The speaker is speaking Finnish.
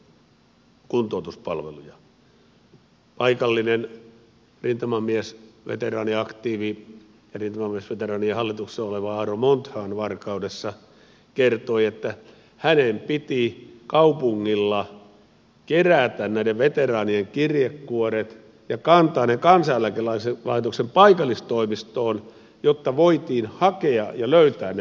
paikallinen rintamamiesveteraaniaktiivi ja rintamamiesveteraanien hallituksessa oleva aaro monthan varkaudessa kertoi että hänen piti kaupungilla kerätä näiden veteraanien kirjekuoret ja kantaa ne kansaneläkelaitoksen paikallistoimistoon jotta voitiin hakea ja löytää ne veteraanit